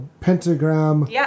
pentagram